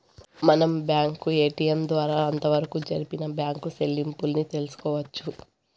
మనం bank ATM ద్వారా అంతవరకు జరిపిన బ్యాంకు సెల్లింపుల్ని తెలుసుకోవచ్చు